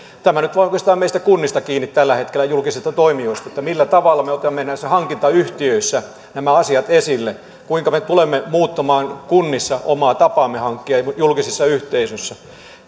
tämä nyt vaan on oikeastaan meidän kunnista kiinni tällä hetkellä julkisista toimijoista millä tavalla me otamme näissä hankintayhtiöissä nämä asiat esille kuinka me tulemme muuttamaan kunnissa omaa tapaamme hankkia julkisissa yhteisöissä